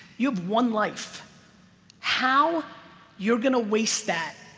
you have one life how you're gonna waste that?